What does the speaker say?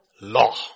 law